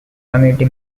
community